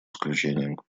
исключением